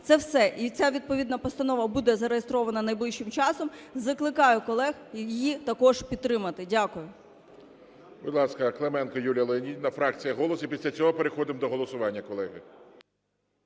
Це все. І ця відповідна постанова буде зареєстрована найближчим часом. Закликаю колег її також підтримати. Дякую. ГОЛОВУЮЧИЙ. Будь ласка, Клименко Юлія Леонідівна, фракція "Голос" і після цього переходимо до голосування, колеги.